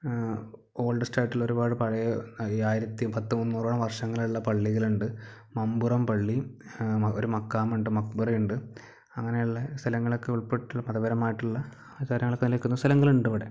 oldest ആയിട്ടുള്ള ഒരുപാട് പഴയ അയ്യായിരത്തി പത്ത് മുന്നൂറോളം വർഷങ്ങളുള്ള പള്ളികളുണ്ട് മമ്പുറം പള്ളി ഒരു മക്കാമുണ്ട് ഒരു മക്ബറയ്ണ്ട് അങ്ങനെയുള്ള സ്ഥലങ്ങളൊക്കെ ഉൾപ്പെട്ടിട്ടുള്ള മതപരമായിട്ടുള്ള കാര്യങ്ങളൊക്കെ നിലനിൽക്കുന്ന സ്ഥലങ്ങളുണ്ട് ഇവിടെ